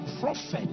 prophet